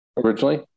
Originally